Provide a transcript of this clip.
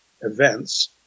events